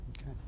okay